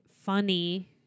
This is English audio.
funny